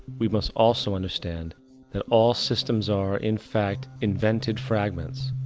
we must also understand that all systems are, in fact, invented fragments,